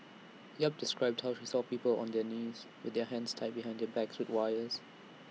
yap described how she saw people on their knees with their hands tied behind their backs with wires